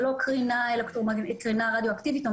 אני